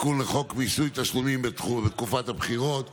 מיסוי תשלומים בתקופת בחירות (תיקון,